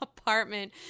apartment